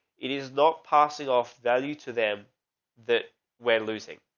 it is not passing of value to them that we're losing.